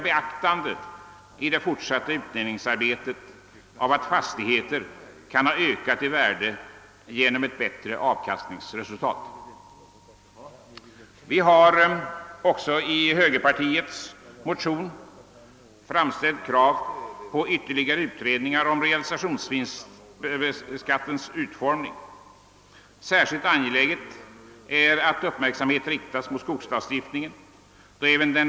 Vidare föreslås möjlighet för rörelseidkare som avyttrar fastighet i rörelsen att erhålla avdrag vid inkomsttaxeringen för avsättning till återanskaffningsfond.